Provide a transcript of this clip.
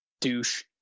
Douche